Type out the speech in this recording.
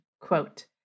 quote